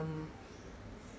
um